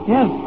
Yes